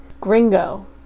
Gringo